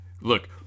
look